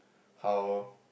how